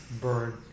bird